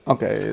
Okay